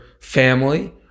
family